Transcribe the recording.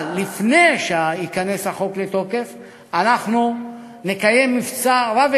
אבל לפני שייכנס החוק לתוקף אנחנו נקיים מבצע רחב